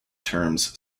terms